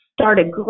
started